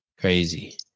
Crazy